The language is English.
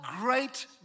great